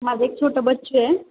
माझं एक छोटं बच्चू आहे